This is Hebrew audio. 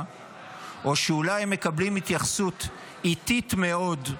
או שאולי מקבלים התייחסות איטית מאוד,